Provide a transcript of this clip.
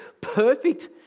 perfect